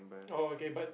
oh okay but